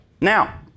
Now